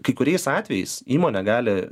kai kuriais atvejais įmonė gali